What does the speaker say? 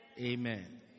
Amen